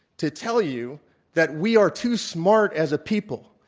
to tell you that we are too smart as a people.